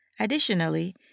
Additionally